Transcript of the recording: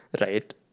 right